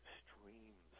streams